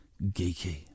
geeky